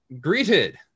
Greeted